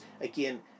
again